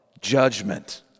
judgment